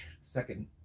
Second